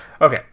Okay